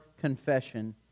confession